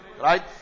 Right